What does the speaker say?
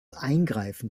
eingreifen